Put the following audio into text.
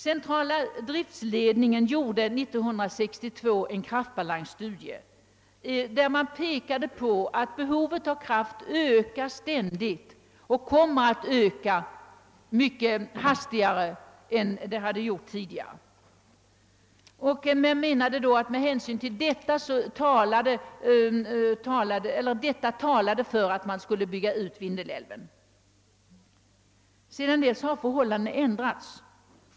Centrala Driftledningen gjorde 1962 en kraftbalansstudie, i vilken pekades på att behovet av kraft ständigt ökas och kommer att öka mycket hastigare än det gjort tidigare. Detta talade enligt Centrala Driftledningen för att man borde bygga ut Vindelälven. Sedan dess har emellertid förhållandena ändrats.